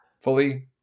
fully